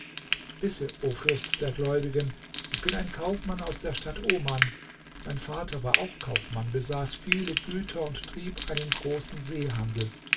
o fürst der gläubigen ich bin ein kaufmann aus der stadt oman mein vater war auch kaufmann besaß viele güter und trieb einen großen seehandel